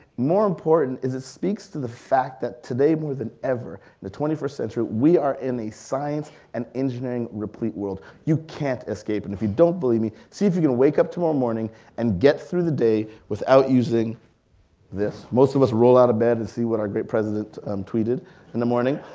more important, is it speaks to the fact that today more than ever, the twenty first century, we are in a science and engineering replete world. you can't escape, and if you don't believe me, see if you can wake up tomorrow morning and get through the day without using this. most of us roll out of bed and see what our great president um tweeted in the morning,